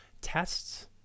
tests